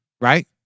right